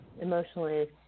emotionally